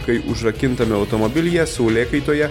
kai užrakintame automobilyje saulėkaitoje